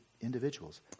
individuals